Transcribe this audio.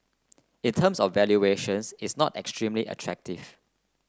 in terms of valuations it's not extremely attractive